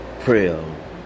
Prayer